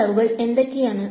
ആ അളവുകൾ എന്തൊക്കെയാണ്